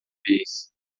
vez